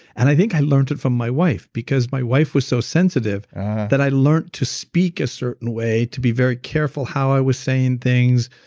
and i think i learnt it from my wife because my wife was so sensitive that i learnt to speak a certain way, to be very careful how i was saying things,